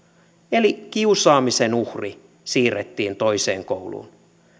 eli kiusaamisen uhri siirrettiin toiseen kouluun